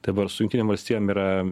dabar su jungtinėm valstijom yra